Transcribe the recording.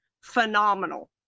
phenomenal